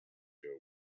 ago